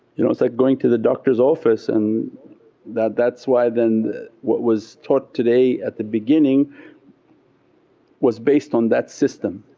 you know it's like going to the doctor's office and that, that's why then what was taught today at the beginning was based on that system